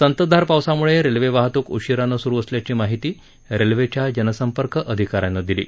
संततधार पावसाम्ळे रेल्वे वाहतूक उशिरानं सुरू असल्याची माहिती रेल्वेच्या जनसंपर्क अधिकाऱ्यानं दिली आहे